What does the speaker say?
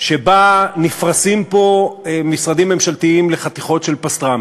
שבה נפרסים פה משרדים ממשלתיים לחתיכות של פסטרמה